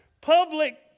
public